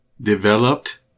Developed